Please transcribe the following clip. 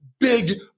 big